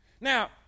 Now